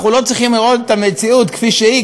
אנחנו לא צריכים לראות את המציאות כפי שהיא,